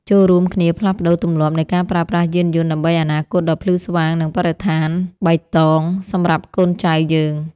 ចូររួមគ្នាផ្លាស់ប្តូរទម្លាប់នៃការប្រើប្រាស់យានយន្តដើម្បីអនាគតដ៏ភ្លឺស្វាងនិងបរិស្ថានបៃតងសម្រាប់កូនចៅយើង។